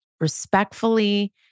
respectfully